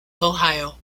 ohio